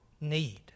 need